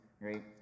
right